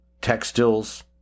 textiles